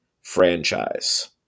franchise